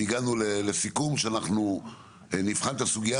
והגענו לסיכום שאנחנו נבחן את הסוגייה